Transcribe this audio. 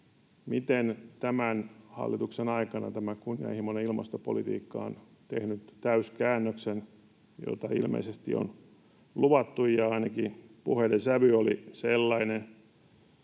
miten tämän hallituksen aikana tämä kunnianhimoinen ilmastopolitiikka on tehnyt täyskäännöksen, jota ilmeisesti on luvattu — tai ainakin puheiden sävy oli sellainen.